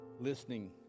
listening